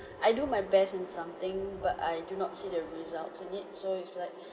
I do my best in something but I do not see the results in it so it's like